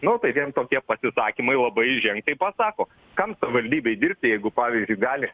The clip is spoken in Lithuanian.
nu tai vien tokie pasisakymai labai ženkliai pasako kam savivaldybei dirbti jeigu pavyzdžiui gali